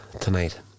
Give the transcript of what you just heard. tonight